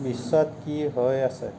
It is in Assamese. বিশ্বত কি হৈ আছে